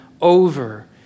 over